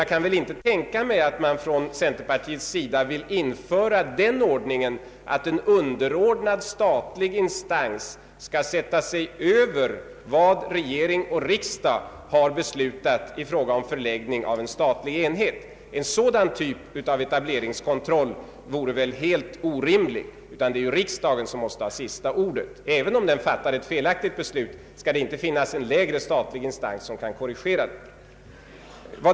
Jag kan inte tänka mig att man från centerpartiets sida vill införa den ordningen att en underordnad statlig instans skall sätta sig över vad regering och riksdag beslutat i fråga om förläggning av en statlig enhet. En sådan typ av etableringskontroll är väl helt orimlig. Det är ju riksdagen som måste ha sista ordet. även om den fattar ett felaktigt beslut, skall inte en lägre statlig instans korrigera detsamma.